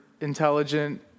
intelligent